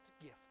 gift